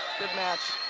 good match.